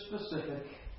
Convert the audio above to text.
specific